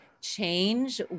change